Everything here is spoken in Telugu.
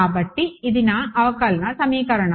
కాబట్టి ఇది నా అవకలన సమీకరణం